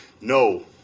no